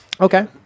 Okay